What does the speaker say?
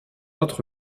autre